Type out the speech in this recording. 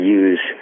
use